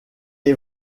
est